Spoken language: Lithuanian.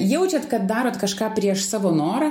jaučiat kad darot kažką prieš savo norą